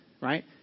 right